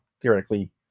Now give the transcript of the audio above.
theoretically